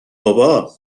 بابا